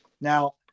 Now